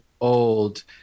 old